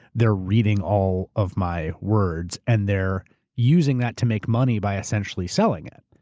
they're reading all of my words and they're using that to make money by essentially selling it.